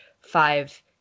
five